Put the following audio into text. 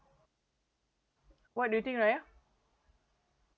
what do you think raya